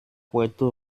puerto